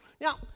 Now